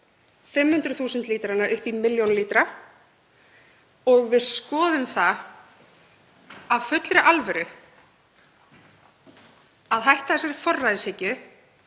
500.000 lítra upp í milljón lítra og skoðum það af fullri alvöru að hætta þessari forræðishyggju